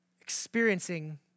experiencing